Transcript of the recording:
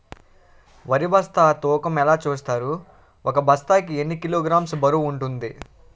వరి బస్తా తూకం ఎలా చూస్తారు? ఒక బస్తా కి ఎన్ని కిలోగ్రామ్స్ బరువు వుంటుంది?